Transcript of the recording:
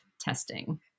testing